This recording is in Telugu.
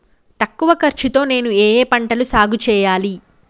తక్కువ ఖర్చు తో నేను ఏ ఏ పంటలు సాగుచేయాలి?